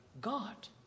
God